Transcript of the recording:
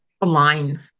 align